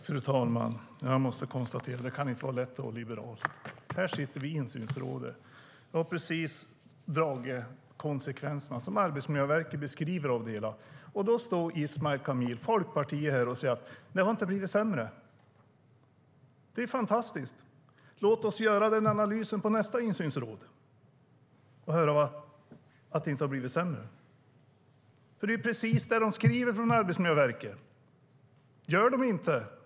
Fru talman! Jag måste konstatera att det inte kan vara lätt att vara liberal. Här sitter vi i insynsrådet och har precis dragit slutsatser om de konsekvenser som Arbetsmiljöverket har tagit upp. Då står Ismail Kamil från Folkpartiet och säger att det inte har blivit sämre. Det är fantastiskt! Låt oss göra denna analys vid nästa möte i insynsrådet och höra att det inte har blivit sämre. Arbetsmiljöverket skriver just precis så. Gör de inte det?